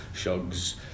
Shugs